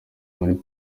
muri